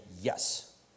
yes